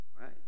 right